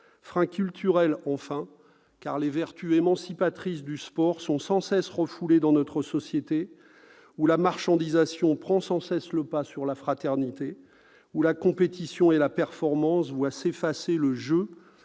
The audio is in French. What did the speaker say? sont culturels, enfin, car les vertus émancipatrices du sport sont refoulées dans notre société, où la marchandisation prend sans cesse le pas sur la fraternité, où la compétition et la performance tendent à l'effacement du